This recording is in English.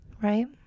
Right